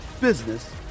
business